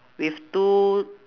with two